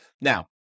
Now